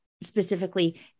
specifically